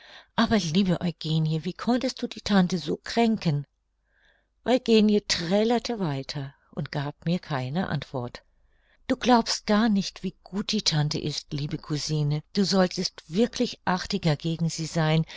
aber liebe eugenie wie konntest du die tante so kränken eugenie trällerte weiter und gab mir keine antwort du glaubst gar nicht wie gut die tante ist liebe cousine du solltest wirklich artiger gegen sie sein